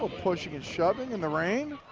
pushing and shoving in the rain.